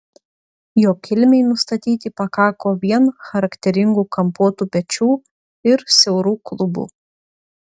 jo kilmei nustatyti pakako vien charakteringų kampuotų pečių ir siaurų klubų